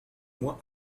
moins